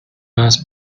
must